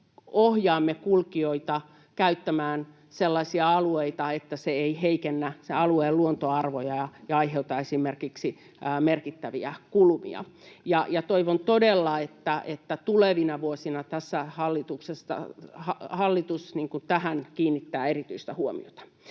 ohjaamme kulkijoita käyttämään sellaisia alueita, että se ei heikennä sen alueen luontoarvoja ja aiheuta esimerkiksi merkittäviä kulumia. Toivon todella, että tulevina vuosina hallitus tähän kiinnittää erityistä huomiota.